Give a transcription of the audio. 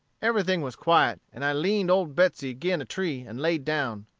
everything was quiet, and i leaned old betsey gin a tree, and laid down.